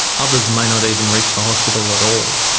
others may not even reach the hospital at all.